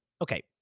okay